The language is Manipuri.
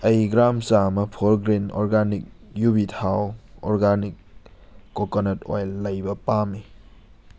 ꯑꯩ ꯒ꯭ꯔꯥꯝ ꯆꯥꯝꯃ ꯐꯣꯔꯒ꯭ꯔꯤꯟ ꯑꯣꯔꯒꯥꯅꯤꯛ ꯌꯨꯕꯤ ꯊꯥꯎ ꯑꯣꯔꯒꯥꯅꯤꯛ ꯀꯣꯀꯣꯅꯠ ꯑꯣꯏꯜ ꯂꯩꯕ ꯄꯥꯝꯃꯤ